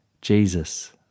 Jesus